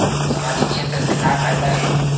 सामजिक क्षेत्र से का फ़ायदा हे?